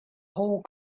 whole